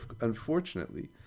Unfortunately